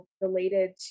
related